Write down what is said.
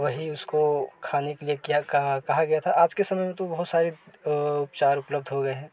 वही उसको खाने के लिए क्या कहा गया था आज के समय में तो बहुत सारे उपचार उपलब्ध हो गए हैं